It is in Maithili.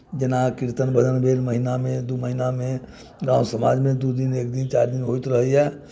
जेना कीर्तन भजन भेल महीनामे दू महिनामे गाम समाजमे दू दिन एक दिन चारि दिनपर होइत रहैए